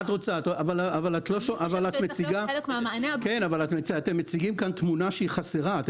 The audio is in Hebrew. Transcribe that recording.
אבל אתם מציגים כאן תמונה שהיא חסרה.